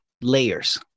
layers